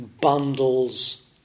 bundles